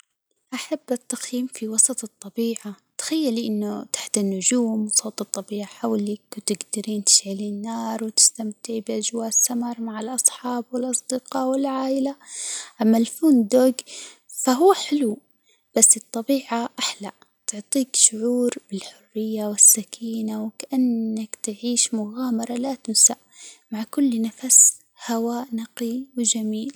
أحب التخييم في وسط الطبيعة، تخيلي إنه تحت النجوم وصوت الطبيعة حولك، وتقدرين تشعلين نار، وتستمتعي بأجواء السمر مع الأصحاب والأصدقاء والعائلة، أما الفندج فهو حلو، بس الطبيعة أحلي، تعطيك شعور بالحرية والسكينة وكأنك تعيشي مغامرة لا تُنسى، مع كل نفس هواء نقي وجميل.